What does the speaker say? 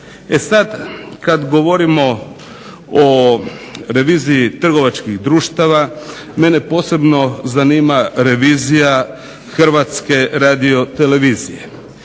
E sada kada govorimo o reviziji trgovačkih društava mene posebno zanima revizija Hrvatske radiotelevizije.